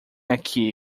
aqui